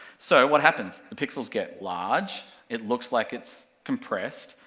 so, what happens, the pixels get large, it looks like it's compressed,